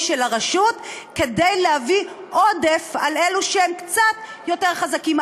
של הרשות כדי להביא עודף על אלה שהם קצת יותר חזקים.